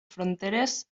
fronteres